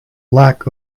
lack